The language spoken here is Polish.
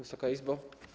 Wysoka Izbo!